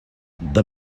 the